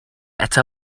eto